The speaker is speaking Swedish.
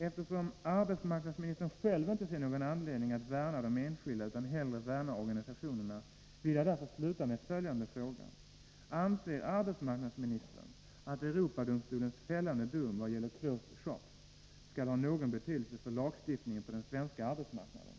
Eftersom arbetsmarknadsministern själv inte ser någon anledning att värna de enskilda utan hellre värnar organisationerna vill jag sluta med följande fråga: Anser arbetsmarknadsministern att Europadomstolens fällande dom i vad gäller ”elosed shops” skall ha någon betydelse för lagstiftningen på den svenska arbetsmarknaden?